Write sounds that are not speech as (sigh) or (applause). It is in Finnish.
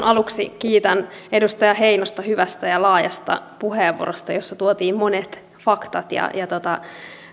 (unintelligible) aluksi kiitän edustaja heinosta hyvästä ja laajasta puheenvuorosta jossa tuotiin esiin monet faktat ja ja